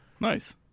nice